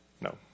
No